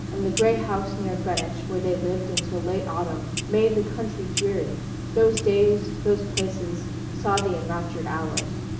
and the gray house near greenwich where they lived until late autumn made the country dreary those days, those places, saw the enraptured hours.